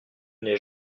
n’es